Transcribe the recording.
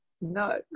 No